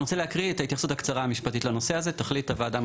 אני רוצה לקרוא את ההתייחסות המשפטית לנושא הזה ותחליט הוועדה מה